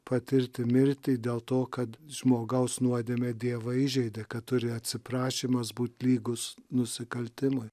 patirti mirtį dėl to kad žmogaus nuodėmė dievą įžeidė kad turi atsiprašymas būt lygus nusikaltimui